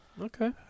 Okay